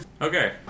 Okay